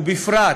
ובפרט